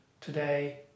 today